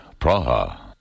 Praha